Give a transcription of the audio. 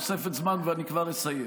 חבר הכנסת טופורובסקי, שב או תצא החוצה.